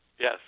Yes